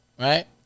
right